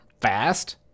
fast